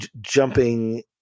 jumping